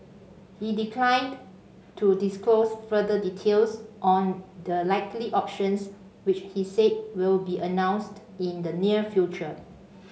he declined to disclose further details on the likely options which he said will be announced in the near future